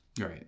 Right